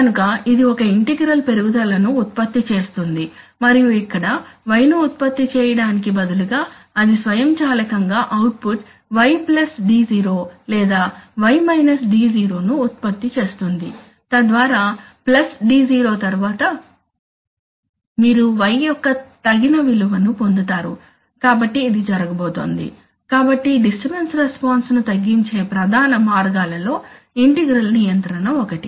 కనుక ఇది ఒక ఇంటిగ్రల్ పెరుగుదలను ఉత్పత్తి చేస్తుంది మరియు ఇక్కడ y ను ఉత్పత్తి చేయడానికి బదులుగా అది స్వయంచాలకంగా అవుట్పుట్ y d0 లేదా y d0 ను ఉత్పత్తి చేస్తుంది తద్వారా ప్లస్ d0 తరువాత మీరు y యొక్క తగిన విలువను పొందుతారు కాబట్టి ఇది జరగబోతోంది కాబట్టి డిస్టర్బన్స్ రెస్పాన్స్ ను తగ్గించే ప్రధాన మార్గాలలో ఇంటిగ్రల్ నియంత్రణ ఒకటి